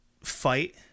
fight